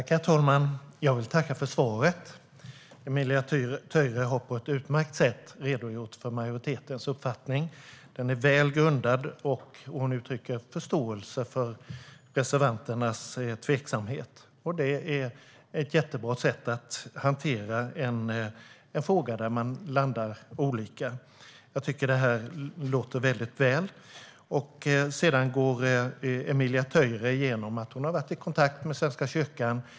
Herr talman! Jag vill tacka för svaret! Emilia Töyrä har på ett utmärkt sätt redogjort för majoritetens uppfattning. Den är väl grundad, och hon uttrycker förståelse för reservanternas tveksamhet. Det är ett bra sätt att hantera en fråga där man landar olika. Det låter väl. Vidare går Emilia Töyrä igenom att hon har varit i kontakt med Svenska kyrkan.